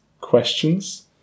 questions